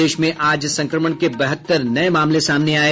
प्रदेश में आज संक्रमण के बहत्तर नये मामले सामने आये